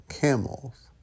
Camels